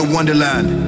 Wonderland